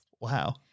Wow